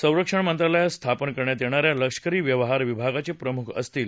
संरक्षण मंत्रालयात स्थापन करण्यात येणाऱ्या लष्करी व्यवहार विभागाचे प्रम्ख असतील